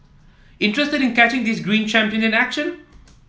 interested in catching these green champion in action